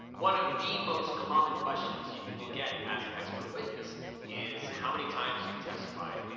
one of the most common questions you will get as an expert witness is how many times you've testified,